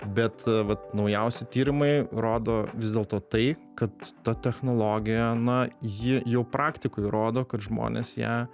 bet vat naujausi tyrimai rodo vis dėlto tai kad ta technologija na ji jau praktikoj rodo kad žmonės ją